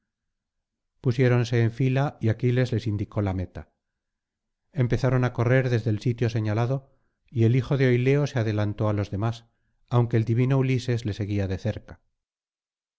pusiéronse en fila y aquiles les indicó la meta empezaron á correr desde el sitio señalado y el hijo de oileo se adelantó á los demás aunque el divino ulises le seguía de cerca